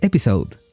Episode